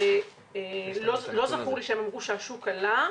לא זכור לי שאמרו שהשוק עלה.